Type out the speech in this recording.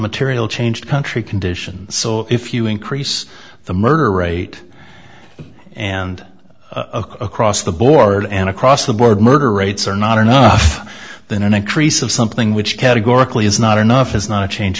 material change country condition so if you increase the murder rate and across the board and across the board murder rates are not enough then an increase of something which categorically is not enough is not a change